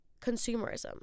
Consumerism